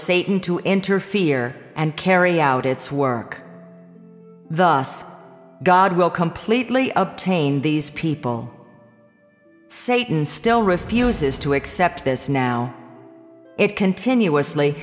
satan to interfere and carry out its work thus god will completely up tain these people satan still refuses to accept this now it continuously